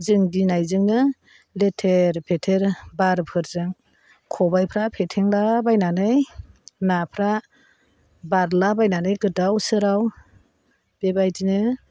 जों गिनायजोंनो लेथेर फेथेर बारफोरजों खबायफ्रा फेथेंला बायनानै नाफ्रा बारला बायनानै गोदाव सोराव बेबादिनो